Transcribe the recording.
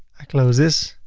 i close this.